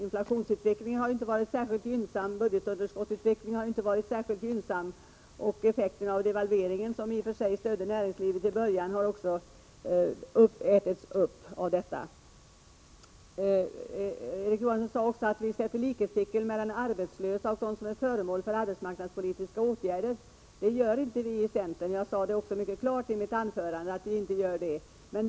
Inflationsutvecklingen har ju inte varit särskilt gynnsam, budgetunderskottsutvecklingen har inte heller varit särskilt gynnsam, och effekterna av devalveringen, som i och för sig stödde näringslivet i början, har också ätits upp. Erik Johansson sade att vi sätter likhetstecken mellan de arbetslösa och dem som är föremål för arbetsmarknadspolitiska åtgärder. Det gör inte vi i centern. Jag sade detta mycket klart i mitt anförande.